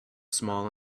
small